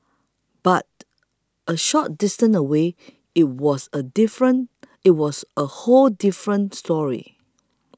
but a short distance away it was a different it was a whole different story